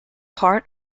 part